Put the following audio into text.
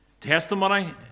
testimony